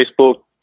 Facebook